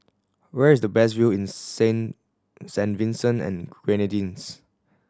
where is the best view in Saint Saint Vincent and Grenadines